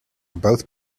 both